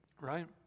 Right